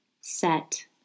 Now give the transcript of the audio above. set